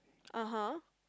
(uh huh)